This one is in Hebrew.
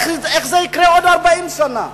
איך זה יקרה בעוד 40 שנה?